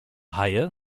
haie